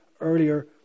earlier